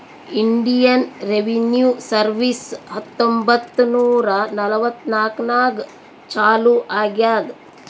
Indian revenue service ಹತ್ತೊಂಬತ್ತ್ ನೂರಾ ನಲ್ವತ್ನಾಕನಾಗ್ ಚಾಲೂ ಆಗ್ಯಾದ್